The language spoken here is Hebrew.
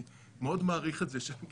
אני מאוד מעריך את זה שקיבלנו,